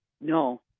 No